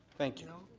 thank you.